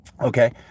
Okay